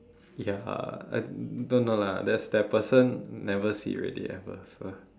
ya I don't know lah that's that person never see already never so